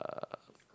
uh